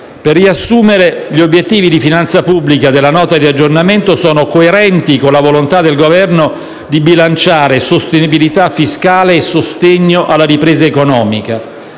Per riassumere, gli obiettivi di finanza pubblica della Nota di aggiornamento del DEF sono coerenti con la volontà del Governo di bilanciare sostenibilità fiscale e sostegno alla ripresa economica